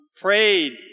prayed